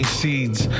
seeds